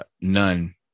None